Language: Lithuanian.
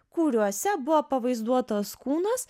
kuriuose buvo pavaizduotas kūnas